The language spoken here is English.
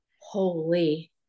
Holy